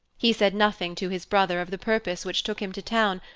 he said nothing to his brother of the purpose which took him to town,